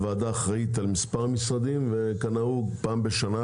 הוועדה אחראית למספר משרדים, וכנהוג, פעם בשנה